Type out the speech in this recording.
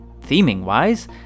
theming-wise